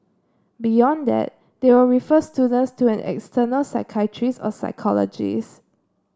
beyond that they will refer students to an external psychiatrist or psychologist